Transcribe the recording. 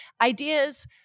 ideas